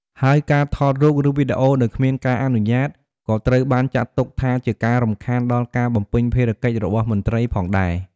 ហើយការថតរូប ឬវីដេអូដោយគ្មានការអនុញ្ញាត ក៏ត្រូវបានចាត់ទុកថាជាការរំខានដល់ការបំពេញភារកិច្ចរបស់មន្ត្រីផងដែរ។